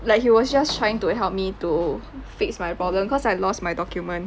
like he was just trying to help me to fix my problem cause I lost my document